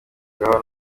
ngaho